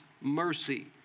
mercy